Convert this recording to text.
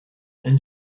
and